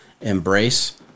Embrace